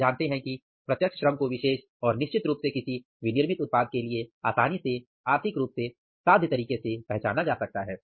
हम जानते हैं कि प्रत्यक्ष श्रम को विशेष और निश्चित रूप से किसी विनिर्मित उत्पाद के लिए आसानी से आर्थिक रूप से साध्य तरीके से पहचाना जा सकता है